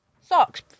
Socks